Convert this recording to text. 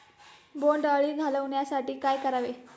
बोंडअळी घालवण्यासाठी काय करावे?